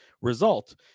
result